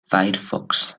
firefox